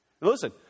Listen